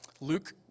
Luke